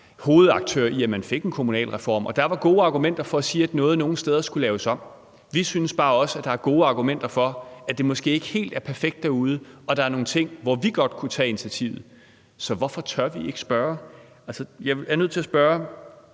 hovedaktør i, at man fik en kommunalreform, og der var gode argumenter for at sige, at noget nogle steder skulle laves om. Vi synes bare også, at der er gode argumenter for, at det måske ikke helt er perfekt derude, og at der er nogle ting, hvor vi godt kunne tage initiativet. Så hvorfor tør vi ikke spørge? Jeg er nødt til at spørge: